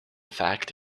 fact